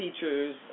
features